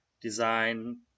design